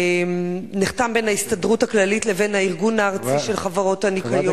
נחתם בין ההסתדרות הכללית לבין הארגון הארצי של חברות הניקיון,